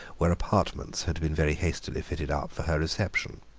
where apartments had been very hastily fitted up for her reception.